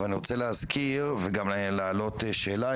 אבל אני רוצה להזכיר וגם להעלות שאלה,